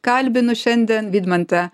kalbinu šiandien vidmantą